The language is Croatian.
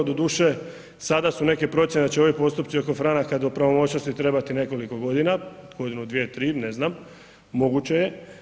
Doduše, sada su neke procjene da će ovi postupci oko franaka do pravomoćnosti trebati nekoliko godina, godinu, dvije, tri, ne znam, moguće je.